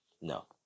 No